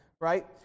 right